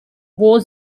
war